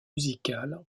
musicales